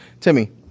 Timmy